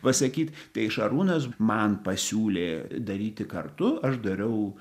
pasakyt tai šarūnas man pasiūlė daryti kartu aš dariau